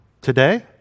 today